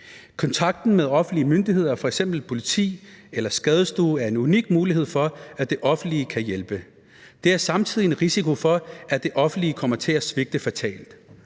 Kontakt med offentlige myndigheder, f.eks. politi eller skadestue, er en unik mulighed for, at det offentlige kan hjælpe. Der er samtidig en risiko for, at det offentlige kommer til at svigte fatalt.